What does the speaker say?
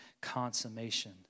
consummation